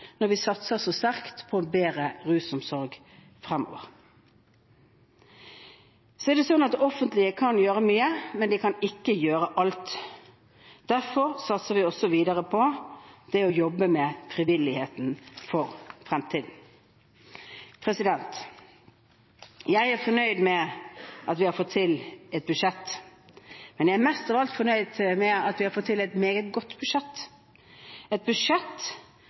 når vi satser så sterkt på en bedre rusomsorg fremover. Det offentlige kan gjøre mye, men det kan ikke gjøre alt. Derfor satser vi også videre på å jobbe med frivilligheten for fremtiden. Jeg er fornøyd med at vi har fått til et budsjett, men jeg er mest av alt fornøyd med at vi har fått til et meget godt budsjett – et budsjett